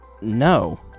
No